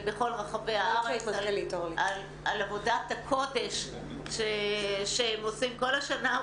בכל רחבי הארץ על עבודת הקודש שהם עושים כל השנה,